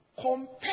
compare